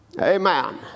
Amen